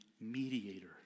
mediator